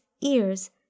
ears